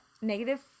negative